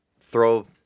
throw